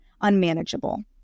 unmanageable